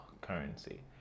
currency